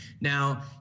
Now